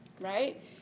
right